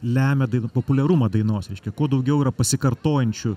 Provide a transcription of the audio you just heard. lemia dainų populiarumą dainos reiškia kuo daugiau yra pasikartojančių